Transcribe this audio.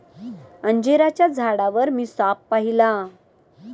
अंजिराच्या झाडावर मी साप पाहिला